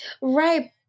Right